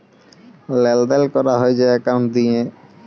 লেলদেল ক্যরা হ্যয় যে একাউল্ট দিঁয়ে